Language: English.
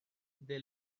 they